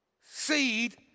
seed